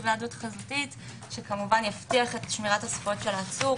היוועדות חזותית שיבטיח את שמירת הזכויות של העצור